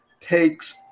takes